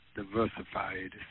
diversified